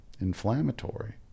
inflammatory